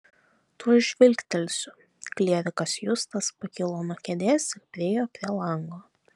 tuoj žvilgtelsiu klierikas justas pakilo nuo kėdės ir priėjo prie lango